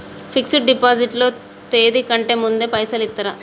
Fix డ్ deposit లో తేది కంటే ముందే పైసలు ఇత్తరా?